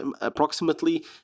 approximately